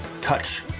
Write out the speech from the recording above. touch